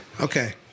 Okay